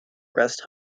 rest